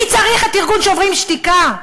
מי צריך את ארגון "שוברים שתיקה"?